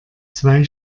zwei